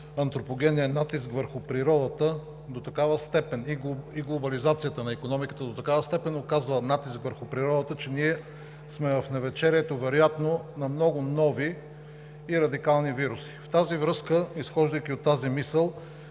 антропогенният натиск върху природата и глобализацията на икономиката до такава степен оказва натиск върху природата, че ние сме в навечерието, вероятно, на много нови и радикални вируси. В тази връзка, изхождайки от тази мисъл,